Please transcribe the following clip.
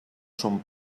son